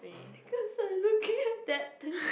can you heard that thing